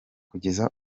kugeza